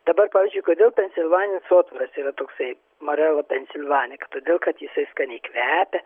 dabar pavyzdžiui kodėl pensilvaninis sotvaras yra toksai marela pensilvanika todėl kad jisai skaniai kvepia